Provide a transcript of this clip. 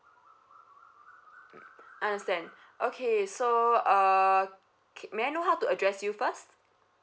mm understand okay so uh k~ may I know how to address you first